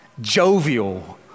jovial